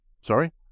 Sorry